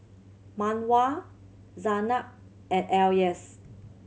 Mawar Zaynab and Elyas